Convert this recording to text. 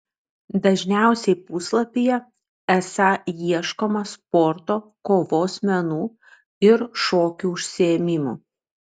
dažniausiai puslapyje esą ieškoma sporto kovos menų ir šokių užsiėmimų